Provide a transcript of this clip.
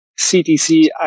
CTC